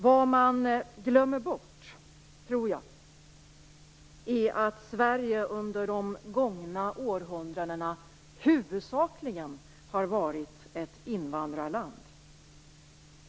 Vad man glömmer bort är att Sverige under de gångna århundradena huvudsakligen har varit ett invandrarland.